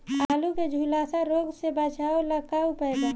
आलू के झुलसा रोग से बचाव ला का उपाय बा?